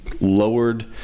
lowered